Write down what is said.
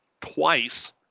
twice